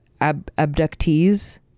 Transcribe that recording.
abductees